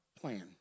plan